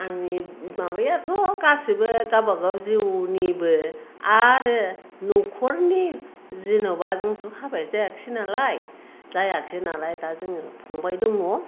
आंनि माबायाथ' गासिबो गाबागाव जिउनिबो आरो न'खरनि जेनेबा जोंथ' हाबा जायाखिसै नालाय जायाखिसै नालाय दा जोङो फंबाइ दङ